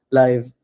live